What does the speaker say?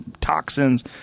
toxins